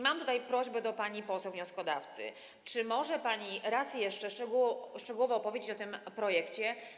Mam tutaj prośbę do pani poseł wnioskodawcy: Czy może pani raz jeszcze szczegółowo opowiedzieć o tym projekcie?